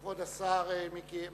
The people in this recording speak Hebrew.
כבוד השר מיכאל